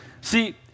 See